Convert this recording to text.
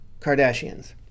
Kardashians